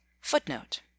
Footnote